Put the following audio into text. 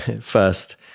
first